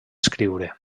escriure